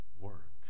work